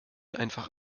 einfach